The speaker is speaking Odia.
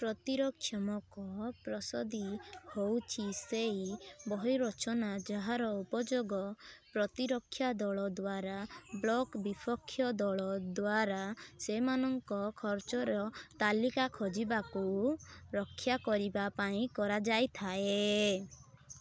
ପ୍ରତିରକ୍ଷାତ୍ମକ ପ୍ରସଦି ହେଉଛି ସେହି ବ୍ୟୁହ ରଚନା ଯାହାର ଉପଯୋଗ ପ୍ରତିରକ୍ଷା ଦଳ ଦ୍ୱାରା ବିପକ୍ଷ ଦଳ ଦ୍ୱାରା ସେମାନଙ୍କ କୋର୍ଟରେ ତଳକୁ ଖସିବାରୁ ରକ୍ଷା କରିବା ପାଇଁ କରାଯାଇଥାଏ